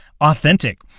authentic